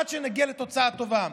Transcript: עד שנגיע לתוצאה טובה.